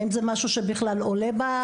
האם זה משהו שבכלל עולה?